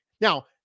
Now